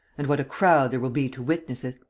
and what a crowd there will be to witness it!